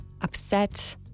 upset